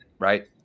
right